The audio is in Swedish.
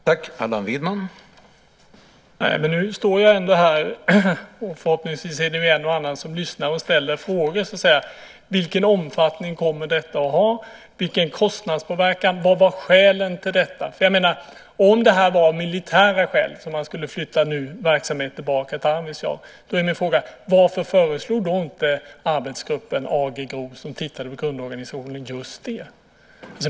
Herr talman! Men nu står jag ändå här, och förhoppningsvis är det en och annan som lyssnar och ställer frågor. Vilken omfattning kommer detta att ha? Vilken kostnadspåverkan blir det? Vad var skälen till detta? Om det var av militära skäl som man skulle flytta verksamhet tillbaka till Arvidsjaur är min fråga: Varför föreslog då inte arbetsgruppen AG GRO, som tittade på grundorganisationen, just det?